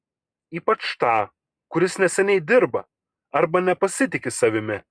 ypač tą kuris neseniai dirba arba nepasitiki savimi